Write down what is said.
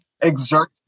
exert